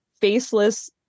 faceless